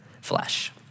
flesh